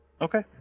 Okay